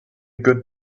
good